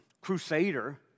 crusader